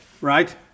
right